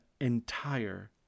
entire